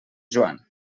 joan